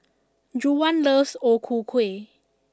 Juwan loves O Ku Kueh